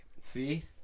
See